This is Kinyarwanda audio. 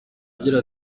agira